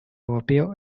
europeo